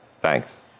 thanks